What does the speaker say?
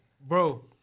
Bro